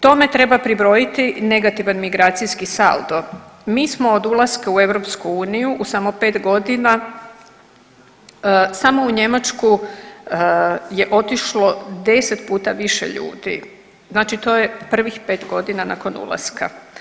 Tome treba pribrojiti negativan migracijski saldo, mi smo od ulaska u EU u samo 5 godina samo u Njemačku je otišlo 10 puta više ljudi, znači to je prvih 5 godina nakon ulaska.